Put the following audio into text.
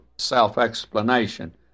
self-explanation